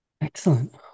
Excellent